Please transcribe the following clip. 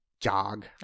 Jog